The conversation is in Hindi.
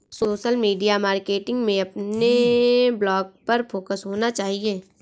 सोशल मीडिया मार्केटिंग में अपने ब्लॉग पर फोकस होना चाहिए